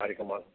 हरि कमान